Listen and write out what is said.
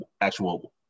actual